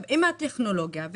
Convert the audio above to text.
עם הטכנולוגיה,